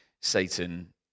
Satan